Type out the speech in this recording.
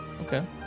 Okay